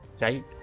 right